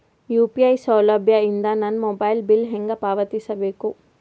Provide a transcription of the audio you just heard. UPI ಸೌಲಭ್ಯ ಇಂದ ನನ್ನ ಮೊಬೈಲ್ ಬಿಲ್ ಹೆಂಗ್ ಪಾವತಿಸ ಬೇಕು?